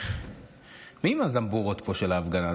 מי עם הזמבורות פה של ההפגנה?